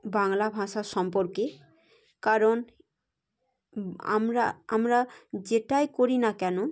বাংলা ভাষার সম্পর্কে কারণ আমরা আমরা যেটাই করি না কেন